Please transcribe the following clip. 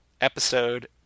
episode